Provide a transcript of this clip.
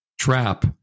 trap